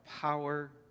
power